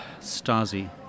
Stasi